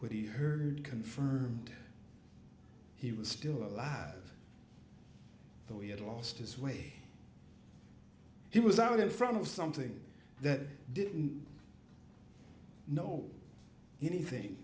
what he heard confirmed he was still alive though he had lost his way he was out in front of something that didn't no anything